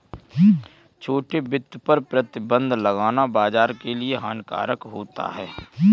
छोटे वित्त पर प्रतिबन्ध लगाना बाज़ार के लिए हानिकारक होता है